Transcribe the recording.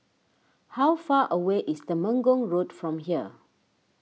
how far away is Temenggong Road from here